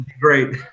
Great